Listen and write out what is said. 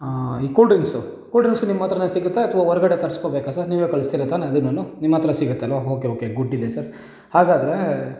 ಈ cool drinks cool drinks ನಿಮ್ಮ ಹತ್ರನೆ ಸಿಗುತ್ತೆ ಅಥ್ವಾ ಹೊರ್ಗಡೆ ತರ್ಸ್ಕೊಳ್ಬೇಕ ಸರ್ ನೀವೇ ಕಳಿಸ್ತೀರ ತಾನೆ ಅದನ್ನೂ ನಿಮ್ಮ ಹತ್ರ ಸಿಗುತ್ತಲ್ವ ಹೋಕೆ ಓಕೆ ಗುಡ್ ಇದೆ ಸರ್ ಹಾಗಾದರೆ